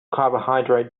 carbohydrate